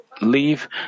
leave